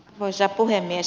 arvoisa puhemies